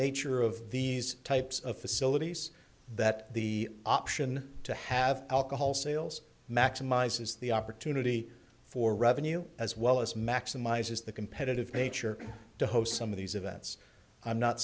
nature of these types of facilities that the option to have alcohol sales maximizes the opportunity for revenue as well as maximizes the competitive nature to host some of these events i'm not